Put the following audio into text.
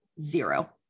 zero